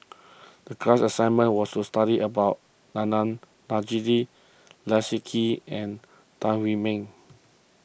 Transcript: the class assignment was to study about Adnan Saidi Leslie Kee and Tan Wu Meng